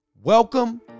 Welcome